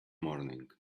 morning